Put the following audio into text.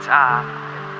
time